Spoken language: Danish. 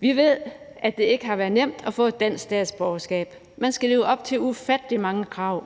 Vi ved, at det ikke har været nemt at få et dansk statsborgerskab. Man skal leve op til ufattelig mange krav.